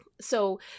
So-